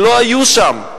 שלא היו שם.